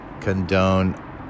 condone